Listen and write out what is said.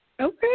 Okay